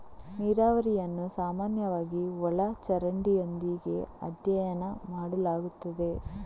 ನೀರಾವರಿಯನ್ನು ಸಾಮಾನ್ಯವಾಗಿ ಒಳ ಚರಂಡಿಯೊಂದಿಗೆ ಅಧ್ಯಯನ ಮಾಡಲಾಗುತ್ತದೆ